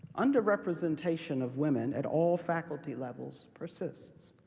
under-representation of women at all faculty levels persists.